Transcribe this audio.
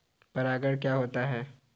परागण क्या होता है?